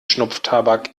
schnupftabak